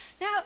Now